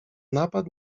napad